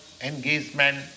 engagement